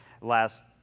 last